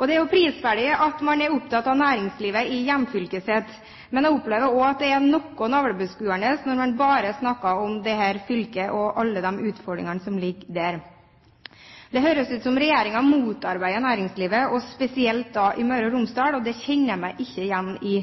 Det er prisverdig at man er opptatt av næringslivet i hjemfylket sitt, men jeg opplever også at det er noe navlebeskuende når man bare snakker om dette fylket og alle de utfordringene som ligger der. Det høres ut som om regjeringen motarbeider næringslivet, og spesielt da i Møre og Romsdal, og det kjenner jeg meg ikke igjen i.